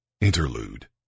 Interlude